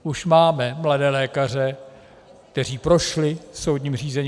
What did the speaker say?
Už máme mladé lékaře, kteří prošli soudním řízením.